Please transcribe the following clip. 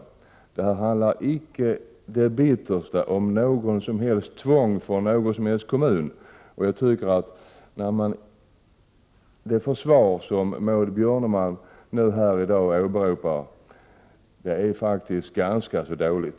Det handlar icke på minsta sätt om något som helst tvång för någon som helst kommun. Jag tycker att det försvar för utskottets ställningstagande som Maud Björnemalm här i dag åberopar faktiskt är ganska dåligt.